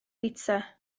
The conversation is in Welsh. pitsa